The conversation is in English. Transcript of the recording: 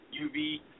UV